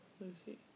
lucy